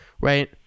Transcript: right